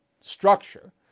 structure